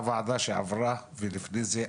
הקודמת ולפני זה,